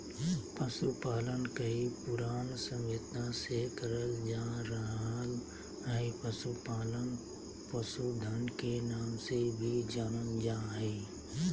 पशुपालन कई पुरान सभ्यता से करल जा रहल हई, पशुपालन पशुधन के नाम से भी जानल जा हई